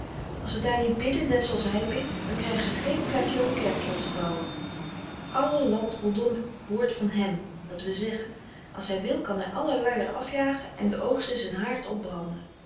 als ze daar niet bidden net zooals hij bidt dan krijgen ze geen plek om een kerkje op te bouwen alle land rondom hoort van hem dat wil zeggen als hij wil kan hij alle lui er afjagen en den oogst in zijn haard opbranden